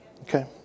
Okay